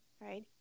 right